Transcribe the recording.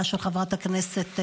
חברי הכנסת.